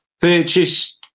purchase